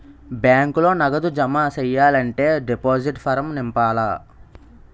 బ్యాంకులో నగదు జమ సెయ్యాలంటే డిపాజిట్ ఫారం నింపాల